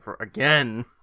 again